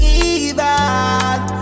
evil